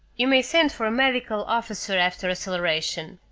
you may send for a medical officer after acceleration,